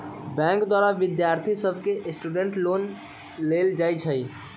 bank द्वारा विद्यार्थि सभके स्टूडेंट लोन देल जाइ छइ